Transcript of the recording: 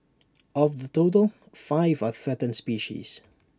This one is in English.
of the total five are threatened species